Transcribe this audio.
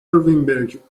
وینبرگ